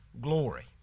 glory